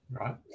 right